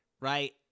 Right